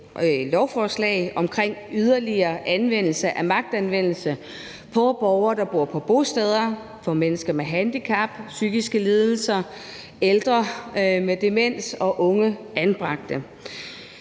lovforslag omkring yderligere anvendelse af magt over for borgere, der bor på bosteder, over for mennesker med handicap, psykiske lidelser, ældre med demens og unge anbragte.